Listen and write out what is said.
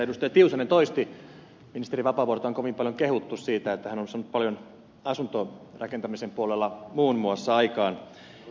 tiusanen toisti ministeri vapaavuorta on kovin paljon kehuttu siitä että hän on saanut paljon muun muassa asuntorakentamisen puolella aikaan